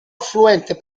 affluente